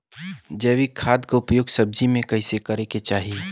जैविक खाद क उपयोग सब्जी में कैसे करे के चाही?